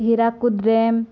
Hirakud dam